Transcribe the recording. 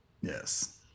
Yes